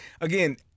again